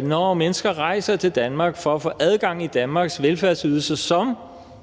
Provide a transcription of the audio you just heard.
når mennesker rejser til Danmark for at få adgang til Danmarks velfærdsydelser, som